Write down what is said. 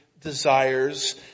desires